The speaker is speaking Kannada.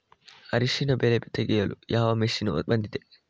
ಅರಿಶಿನ ಬೆಳೆ ತೆಗೆಯಲು ಯಾವ ಮಷೀನ್ ಬಂದಿದೆ?